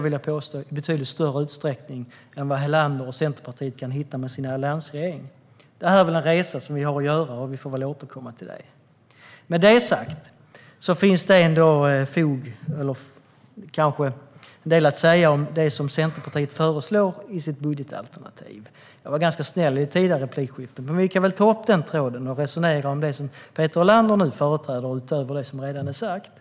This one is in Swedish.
Helander och Centerpartiet hittar fler beröringspunkter där än hos sin alliansregering, skulle jag vilja påstå. Det är väl en resa vi har att göra, och vi får återkomma till det. Med det sagt finns det kanske en del att säga om det Centerpartiet föreslår i sitt budgetalternativ. Jag var ganska snäll i ett tidigare replikskifte, men vi kan väl ta upp den tråden och resonera om det Peter Helander nu tar upp utöver det som redan är sagt.